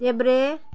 देब्रे